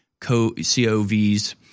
COVs